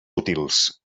útils